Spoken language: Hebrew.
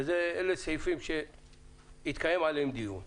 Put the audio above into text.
ואלה סעיפים שהתקיים עליהם דיון.